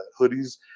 hoodies